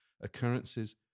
Occurrences